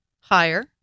higher